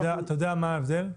אתה יודע מה ההבדל?